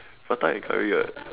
prata and Curry right